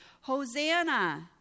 hosanna